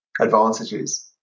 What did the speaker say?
advantages